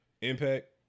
impact